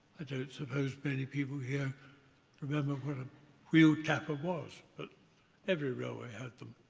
i don't suppose many people here remember what a wheel capper was, but every railway had them.